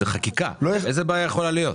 זאת חקיקה, איזה בעיה יכולה להיות?